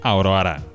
Aurora